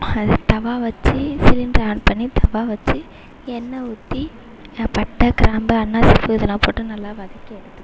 தவா வச்சு சிலிண்ட்ரை ஆன் பண்ணி தவா வச்சு எண்ணெய் ஊற்றி பட்டை கிராம்பு அன்னாசிப்பூ இதல்லாம் போட்டு நல்லா வதக்கி எடுத்துக்கிட்டு